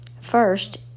First